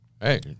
hey